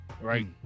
Right